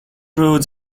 roads